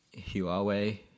Huawei